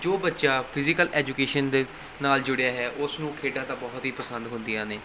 ਜੋ ਬੱਚਾ physical education ਦੇ ਨਾਲ ਜੁੜਿਆ ਹੈ ਉਸ ਨੂੰ ਖੇਡਾਂ ਤਾਂ ਬਹੁਤ ਹੀ ਪਸੰਦ ਹੁੰਦੀਆਂ ਨੇ